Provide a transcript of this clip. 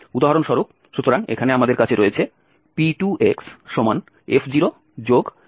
উদাহরণস্বরূপ সুতরাং এখানে আমাদের কাছে রয়েছে P2xf0h∆f02